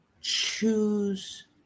Choose